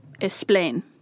Explain